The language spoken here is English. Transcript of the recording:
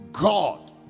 god